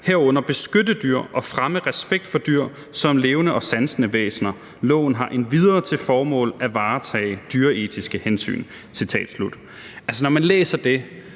herunder beskytte dyr, og fremme respekt for dyr som levende og sansende væsener. Loven har endvidere til formål at varetage dyreetiske hensyn.« Når man læser det,